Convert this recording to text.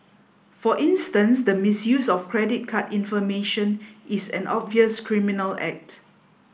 for instance the misuse of credit card information is an obvious criminal act